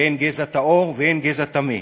ואין גזע טהור ואין גזע טמא.